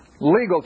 legal